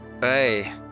Hey